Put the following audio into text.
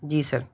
جی سر